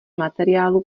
materiálů